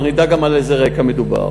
אנחנו נדע גם על איזה רקע מדובר.